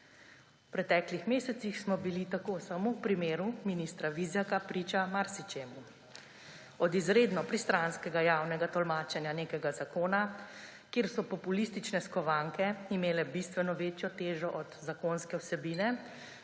V preteklih mesecih smo bili tako samo v primeru ministra Vizjaka priča marsičemu, od izredno pristranskega javnega tolmačenja nekega zakona, kjer so populistične skovanke imele bistveno večjo težo od zakonske vsebine,